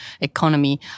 economy